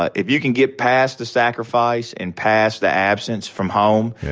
if you can get past the sacrifice and past the absence from home,